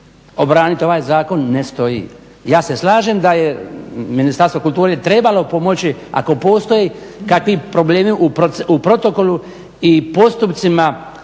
obraniti ovaj zakon ne stoji. Ja se slažem da je Ministarstvo kulture trebalo pomoći ako postoje kakvi problemi u protokolu i postupcima